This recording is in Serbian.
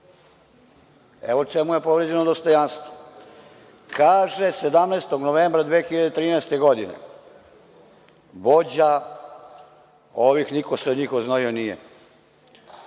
u čemu je povređeno dostojanstvo. Kaže, 17. novembra 2013. godine vođa ovih, niko se od njih oznojio nije,